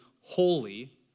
holy